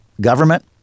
government